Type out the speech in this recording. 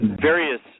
various